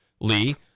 Lee